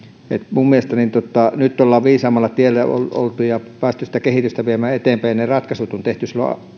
minun mielestäni nyt ollaan viisaammalla tiellä oltu ja päästy sitä kehitystä viemään eteenpäin ja ne ratkaisut on tehty